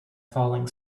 falling